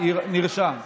נרשם.